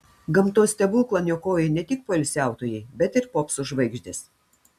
gamtos stebuklą niokoja ne tik poilsiautojai bet ir popso žvaigždės